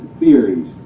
theories